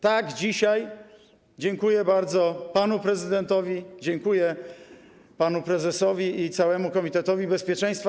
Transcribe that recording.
Tak, dzisiaj dziękuję bardzo panu prezydentowi, dziękuję panu prezesowi i całemu komitetowi bezpieczeństwa.